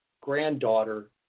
granddaughter